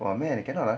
!wah! man I cannot ah